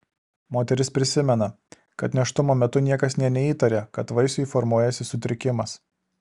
moteris prisimena kad nėštumo metu niekas nė neįtarė kad vaisiui formuojasi sutrikimas